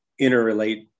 interrelate